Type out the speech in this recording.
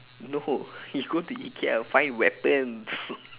no you go to IKEA find weapons